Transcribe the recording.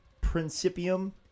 Principium